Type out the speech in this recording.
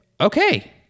okay